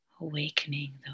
Awakening